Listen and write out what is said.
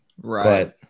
Right